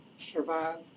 survive